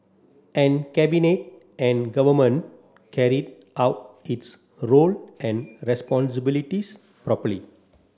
and Cabinet and Government carried out its role and responsibilities properly